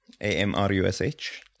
A-M-R-U-S-H